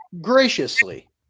graciously